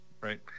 right